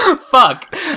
Fuck